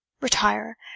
retire